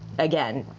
again,